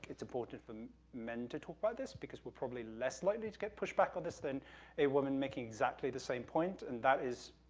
it's important for to talk about this, because we're probably less likely to get pushback on this than a woman making exactly the same point, and that is